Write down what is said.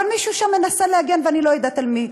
אבל מישהו שם מנסה להגן, ואני לא יודעת על מי.